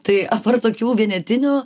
tai apart tokių vienetinių